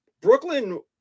Brooklyn